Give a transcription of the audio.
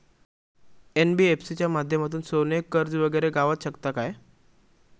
NBFC च्या माध्यमातून सोने कर्ज वगैरे गावात शकता काय?